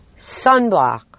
sunblock